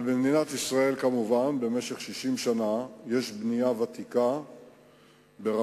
אבל במשך 60 שנה יש במדינת ישראל בנייה ותיקה ברמות